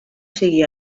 sigui